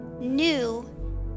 new